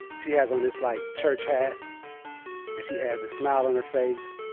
she has on this like church hat and she has this smile on her face.